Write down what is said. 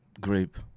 group